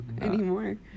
anymore